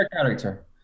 character